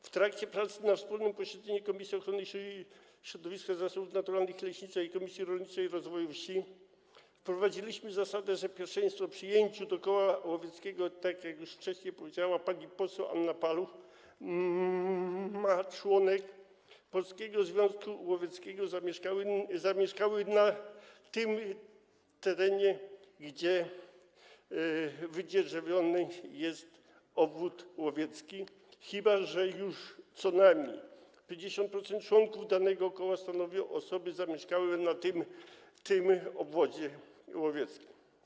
W trakcie prac na wspólnym posiedzeniu Komisji Ochrony Środowiska, Zasobów Naturalnych i Leśnictwa oraz Komisji Rolnictwa i Rozwoju Wsi wprowadziliśmy zasadę, że pierwszeństwo w przyjęciu do koła łowieckiego, tak jak już wcześniej powiedziała pani poseł Anna Paluch, ma członek Polskiego Związku Łowieckiego zamieszkały na tym terenie, gdzie wydzierżawiony jest obwód łowiecki, chyba że już co najmniej 50% członków danego koła stanowią osoby zamieszkałe na tym obwodzie łowieckim.